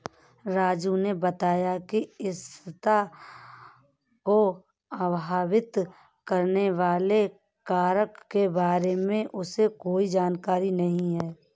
राजू ने बताया कि स्थिरता को प्रभावित करने वाले कारक के बारे में उसे कोई जानकारी नहीं है